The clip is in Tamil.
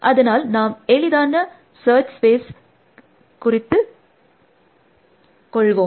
அதனால் நாம் எளிதான சர்ச் ஸ்பேஸை கருத்து கொள்வோம்